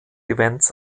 events